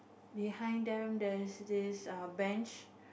behind them there's this bench